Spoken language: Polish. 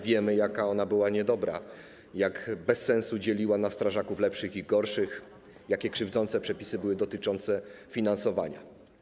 Wiemy, jaka ona była niedobra, jak bez sensu dzieliła strażaków na lepszych i gorszych, jakie krzywdzące były przepisy dotyczące finansowania.